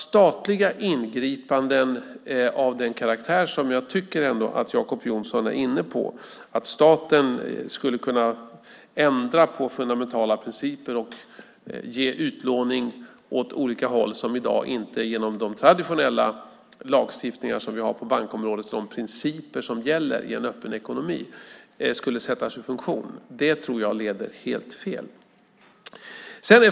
Statliga ingripanden av den karaktär som jag tycker att Jacob Johnson är inne på, nämligen att staten skulle kunna ändra på fundamentala principer och låna ut åt olika håll på ett sätt som skulle innebära att den traditionella lagstiftning som vi har på bankområdet och de principer som gäller i en öppen ekonomi skulle sättas ur funktion, tror jag leder helt fel.